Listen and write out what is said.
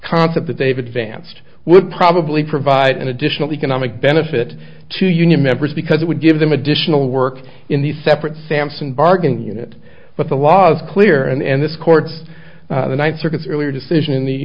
concept that they've advanced would probably provide an additional economic benefit to union members because it would give them additional work in the separate sampson bargain unit but the laws clear and this court's the ninth circuit's earlier decision in the